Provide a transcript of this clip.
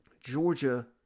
Georgia